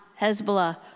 Hezbollah